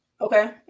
Okay